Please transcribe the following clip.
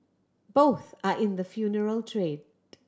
both are in the funeral trade